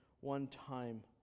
one-time